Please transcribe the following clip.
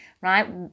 right